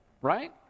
right